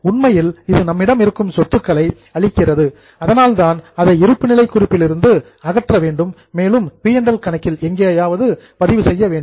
உண்மையில் இது நம்மிடம் இருக்கும் சொத்துக்களை டெஸ்ட்ராயிங் அழிக்கிறது அதனால் தான் அதை இருப்புநிலை குறிப்பில் இருந்து அகற்ற வேண்டும் மேலும் இதை பி மற்றும் எல் கணக்கில் எங்காவது பதிவு செய்ய வேண்டும்